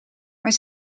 maar